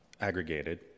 aggregated